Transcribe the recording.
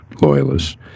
loyalists